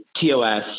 TOS